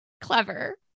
clever